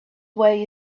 way